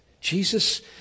Jesus